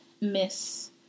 Miss